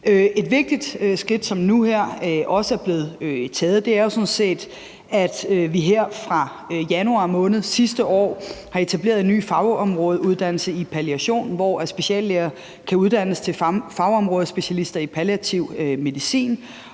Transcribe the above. Et vigtigt skridt, som nu her også er blevet taget, er, at vi her fra januar måned sidste år har etableret en ny fagområdeuddannelse i palliation, som gør, at speciallæger kan uddannes til fagområdespecialister i palliativ medicin.